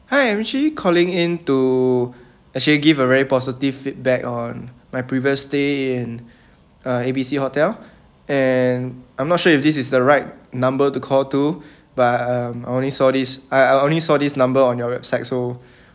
hi I'm actually calling in to actually give a very positive feedback on my previous stay in uh A_B_C hotel and I'm not sure if this is the right number to call to but um I only saw this I I only saw this number on your website so